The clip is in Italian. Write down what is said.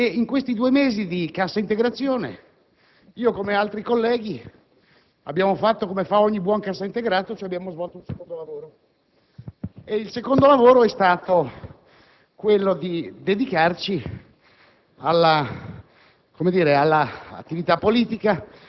Signor Presidente, siamo qui dopo circa due mesi di cassa integrazione, un istituto nuovo per quanto riguarda il Parlamento, cassa integrazione nella quale il Governo e la maggioranza ci hanno costretto.